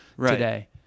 today